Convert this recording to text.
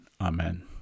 Amen